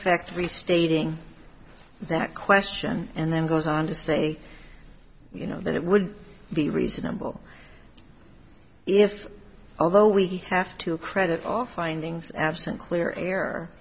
restating that question and then goes on to say you know that it would be reasonable if although we have to credit all findings absent clear air